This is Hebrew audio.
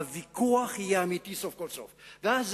הוויכוח יהיה סוף-סוף אמיתי,